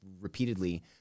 repeatedly